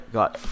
got